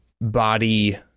body